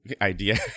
idea